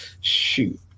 Shoot